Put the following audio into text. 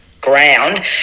ground